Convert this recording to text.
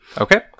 Okay